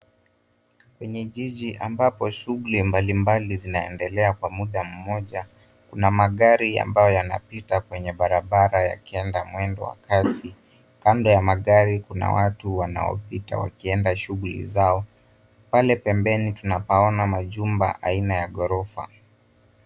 Kwenye jiji ambapo shughuli mbali mbali zinaendelea kwa muda mmoja. Kuna magari ambao yanapita kwenye barabara yakienda mwendo wa kasi. Kando ya magari kuna watu wanaopita wakienda shughuli zao. Pale pembeni tunapaona majumba aina ya ghorofa.